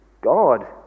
God